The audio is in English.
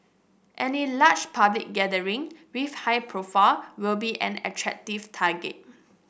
any large public gathering with high profile will be an attractive target